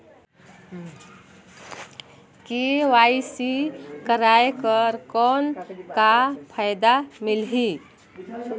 KYC कराय कर कौन का फायदा मिलही?